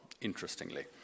interestingly